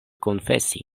konfesi